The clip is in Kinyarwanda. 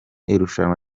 irushanwa